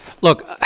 Look